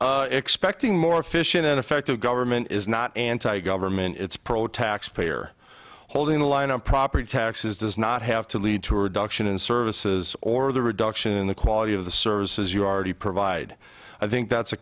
expecting more efficient and effective government is not anti government it's pro taxpayer holding the line on property taxes does not have to lead to a reduction in services or the reduction in the quality of the services you already provide i think that's a